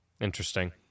Interesting